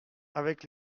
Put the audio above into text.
avec